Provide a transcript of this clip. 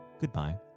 goodbye